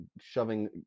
shoving